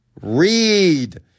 Read